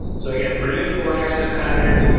so again, predictable access patterns,